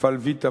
מפעל "ויטה,